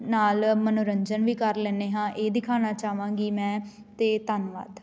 ਨਾਲ਼ ਮਨੋਰੰਜਨ ਵੀ ਕਰ ਲੈਂਦੇ ਹਾਂ ਇਹ ਦਿਖਾਉਣਾ ਚਾਹਵਾਂਗੀ ਮੈਂ ਅਤੇ ਧੰਨਵਾਦ